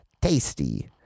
tasty